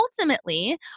ultimately